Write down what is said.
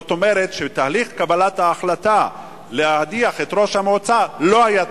זאת אומרת שתהליך קבלת ההחלטה להדיח את ראש המועצה לא היה תקין.